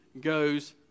goes